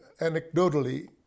Anecdotally